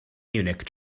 munich